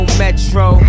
metro